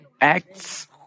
acts